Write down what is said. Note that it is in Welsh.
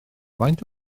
faint